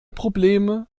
probleme